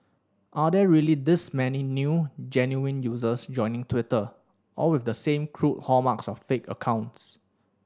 are there really this many new genuine users joining Twitter all with the same crude hallmarks of fake accounts